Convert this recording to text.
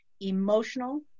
emotional